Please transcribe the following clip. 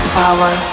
Power